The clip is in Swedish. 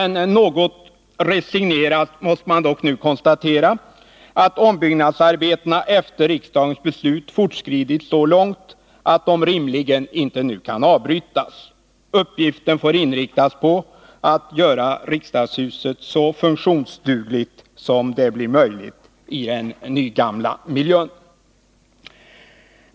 Något resignerat måste man dock konstatera att ombyggnadsarbetena efter riksdagens beslut fortskridit så långt att de nu rimligen inte kan avbrytas. Man får inrikta sig på att göra riksdagshuset så funktionsdugligt som möjligt i den nygamla miljön.